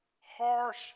harsh